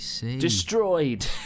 destroyed